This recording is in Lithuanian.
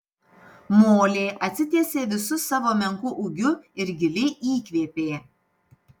molė atsitiesė visu savo menku ūgiu ir giliai įkvėpė